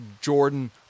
Jordan